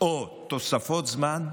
או תוספות זמן,